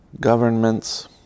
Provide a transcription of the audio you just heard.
Governments